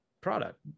product